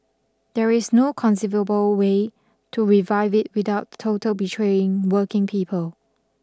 there is no conceivable way to revive it without total betraying working people